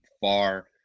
far